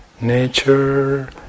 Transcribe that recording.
Nature